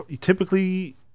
typically